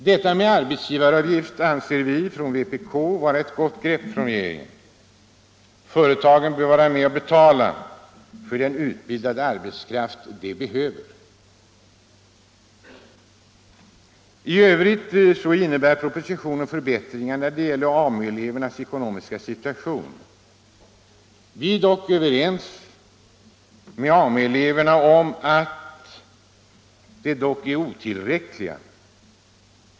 Detta med arbetsgivaravgift anser vi från vpk vara ett gott grepp från regeringen. Företagen bör vara med och betala för den utbildade arbetskraft de behöver. I övrigt innebär propositionen förbättringar när det gäller AMU-elevernas ekonomiska situation. Vi är dock överens med AMU-eleverna om att förbättringarna är otillräckliga.